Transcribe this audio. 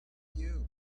you